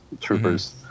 troopers